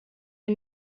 wir